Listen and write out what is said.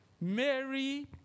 Mary